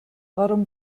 warum